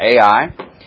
Ai